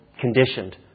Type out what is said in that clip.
conditioned